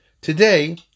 today